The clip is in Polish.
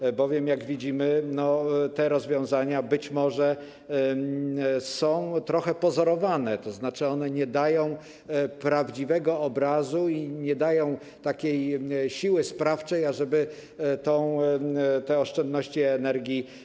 Pytam, bo widzimy, że te rozwiązania być może są trochę pozorowane, tzn. one nie dają prawdziwego obrazu i nie mają takiej siły sprawczej, ażeby spowodować te oszczędności energii.